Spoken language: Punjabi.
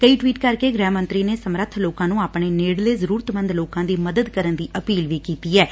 ਕਈ ਟਵੀਟ ਕਰਕੇ ਗੁਹਿ ਮੰਤਰੀ ਨੇ ਸਮਰੱਬ ਲੋਕਾਂ ਨੂੰ ਆਪਣੇ ਨੇੜਲੇ ਜ਼ਰੂਰਤਮੰਦ ਲੋਕਾਂ ਦੀ ਮਦਦ ਕਰਨ ਦੀ ਅਪੀਲ ਵੀ ਕੀਤੀ ਐਂ